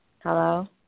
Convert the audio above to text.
Hello